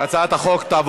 התשע"ז 2017,